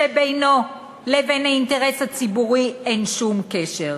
שבינו ובין האינטרס הציבורי אין שום קשר.